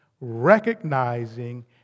recognizing